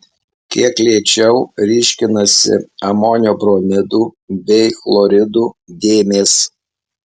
kiek lėčiau ryškinasi amonio bromidų bei chloridų dėmės